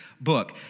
book